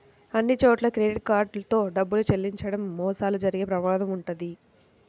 అన్నిచోట్లా credit card తో డబ్బులు చెల్లించడం మోసాలు జరిగే ప్రమాదం వుంటది